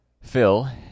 Phil